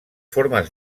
formes